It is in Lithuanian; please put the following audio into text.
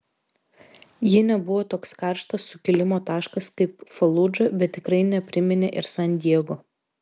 ji nebuvo toks karštas sukilimo taškas kaip faludža bet tikrai nepriminė ir san diego